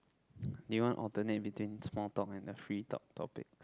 do you want alternate between small dominant free top topic